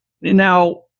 now